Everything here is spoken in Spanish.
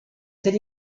ser